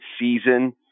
season